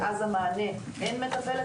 המענה מתרחב,